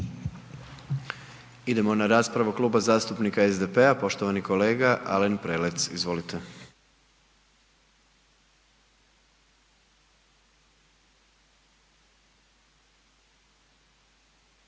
sljedeću raspravu, u ime Kluba zastupnika SDP-a, poštovani kolega Alen Prelec, izvolite.